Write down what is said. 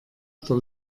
der